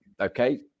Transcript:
Okay